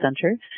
Center